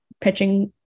pitching